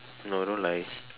no don't lie